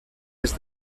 des